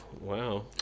Wow